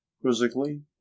quizzically